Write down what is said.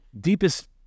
deepest